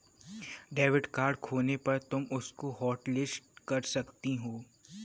debit card खोने पर तुम उसको हॉटलिस्ट कर सकती हो